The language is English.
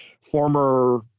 former